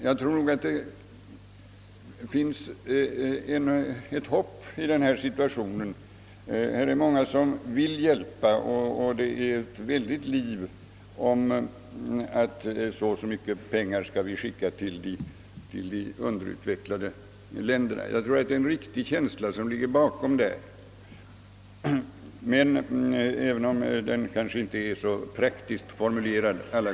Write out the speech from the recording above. Jag tror emellertid att det finns ett hopp i denna situation: det är många som vill hjälpa och det är ett väldigt liv om att vi skall skicka så och så mycket pengar till de underutvecklade länderna. Jag tror att bakom detta ligger en riktig känsla, även om förslagen kanske inte alla gånger är så praktiskt formulerade.